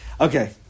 Okay